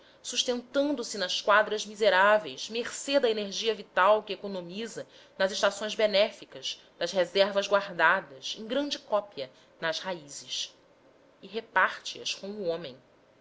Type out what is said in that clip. duradouras sustentando se nas quadras miseráveis mercê da energia vital que economiza nas estações benéficas das reservas guardadas em grande cópia nas raízes e reparte as com o homem